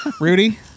Rudy